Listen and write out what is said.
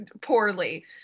poorly